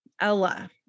Ella